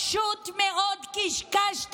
פשוט מאוד קשקשת.